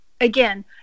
Again